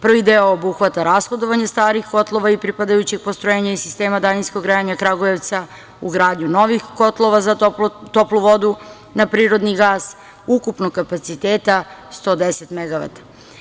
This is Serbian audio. Prvi deo obuhvata rashodovanje starih kotlova i pripadajućeg postrojenja i sistema daljinskog grejanja Kragujevca, ugradnju novih kotlova za toplu vodu na prirodni gas ukupnog kapaciteta 110 megavata.